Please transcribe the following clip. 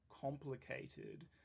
complicated